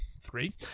three